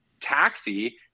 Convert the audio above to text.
taxi